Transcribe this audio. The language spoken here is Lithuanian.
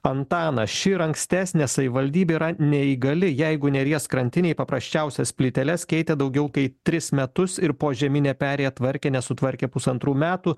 antanas ši ir ankstesnė savivaldybė yra neįgali jeigu neries krantinėj paprasčiausias plyteles keitė daugiau kaip tris metus ir požeminę perėją tvarkė nesutvarkė pusantrų metų